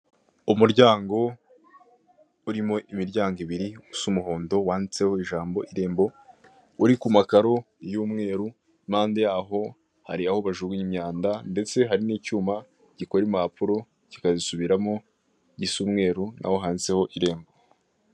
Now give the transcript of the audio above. Umuryango urimo imiryango ibiri usa umuhondo wanditseho ijambo irembo, uri ku makaro y'umweru impande yaho hari aho bajugunya imyanda ndetse hari n'icyuma gikora impapuro kikazisubiramo gisa umweru naho handitseho irembo.